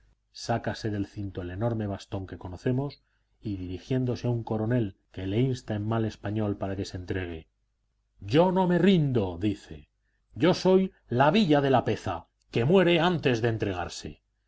del cinto el enorme bastón que conocemos y dirigiéndose a un coronel que le insta en mal español para que se entregue yo no me rindo dice yo soy la villa de lapeza que muere antes de entregarse